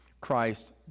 Christ